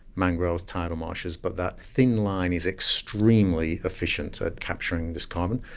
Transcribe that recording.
mangroves, tidal marshes, but that thin line is extremely efficient at capturing this carbon,